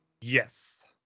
Yes